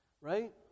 right